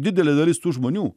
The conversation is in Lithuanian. didelė dalis tų žmonių